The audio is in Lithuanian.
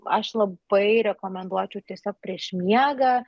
aš labai rekomenduočiau tiesiog prieš miegą